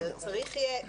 לא,